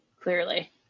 Clearly